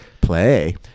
play